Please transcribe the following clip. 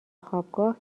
خوابگاه